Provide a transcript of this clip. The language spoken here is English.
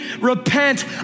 repent